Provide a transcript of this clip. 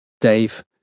Dave